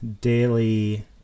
daily